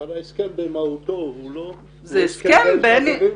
אבל ההסכם במהותו הוא לא תקין, זה הסכם בין חברים.